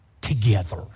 together